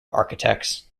architects